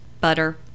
butter